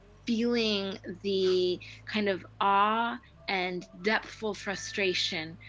feeling the kind of awe and depth-full frustration,